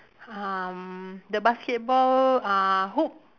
um the basketball uh hoop